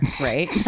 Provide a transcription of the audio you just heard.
right